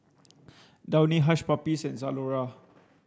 Downy Hush Puppies and Zalora